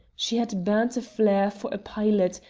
she had burnt a flare for a pilot,